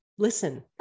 listen